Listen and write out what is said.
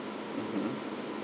mmhmm